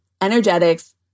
Energetics